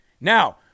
Now